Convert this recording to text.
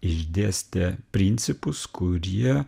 išdėstė principus kurie